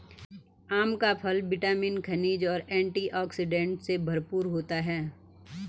आम का फल विटामिन, खनिज और एंटीऑक्सीडेंट से भरपूर होता है